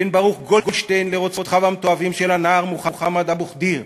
בין ברוך גולדשטיין לרוצחיו המתועבים של הנער מוחמד אבו ח'דיר,